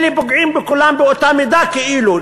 אלה פוגעים בכולם באותה מידה כאילו,